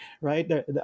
right